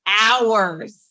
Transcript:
hours